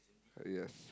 yes